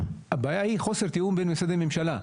הבעיה היא חוסר תיאום בין משרדי ממשלה.